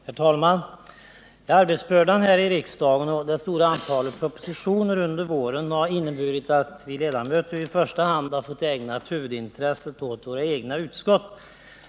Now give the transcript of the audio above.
Herr talman! Arbetsbördan i riksdagen och det stora antalet propositioner under våren har inneburit att vi ledamöter har fått ägna huvudintresset åt våra egna utskott.